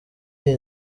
iyi